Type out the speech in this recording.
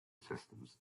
systems